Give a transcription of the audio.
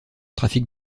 trafic